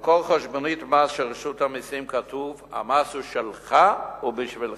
על כל חשבונית מס של רשות המסים כתוב "המס הוא שלך ובשבילך".